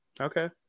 okay